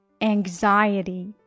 anxiety